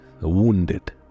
wounded